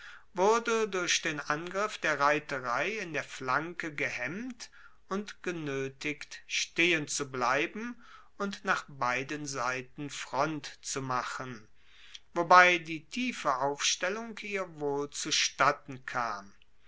wurde durch den angriff der reiterei in der flanke gehemmt und genoetigt stehenzubleiben und nach beiden seiten front zu machen wobei die tiefe aufstellung ihr wohl zustatten kam